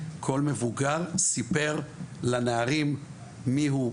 כל מבוגר סיפר לנערים מיהו,